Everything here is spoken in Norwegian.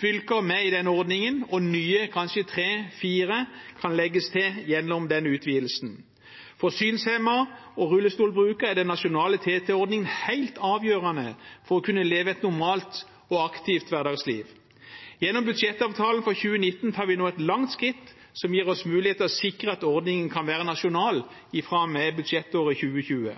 fylker med i denne ordningen, og kanskje tre–fire nye kan legges til gjennom denne utvidelsen. For synshemmede og rullestolbrukere er den nasjonale TT-ordningen helt avgjørende for å kunne leve et normalt og aktivt hverdagsliv. Gjennom budsjettavtalen for 2019 tar vi nå et langt skritt som gir oss mulighet til å sikre at ordningen kan være nasjonal fra og med budsjettåret 2020.